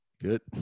good